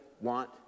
want